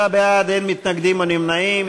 39 בעד, אין מתנגדים או נמנעים.